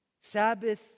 Sabbath